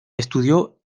estudió